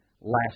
last